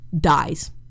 dies